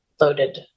loaded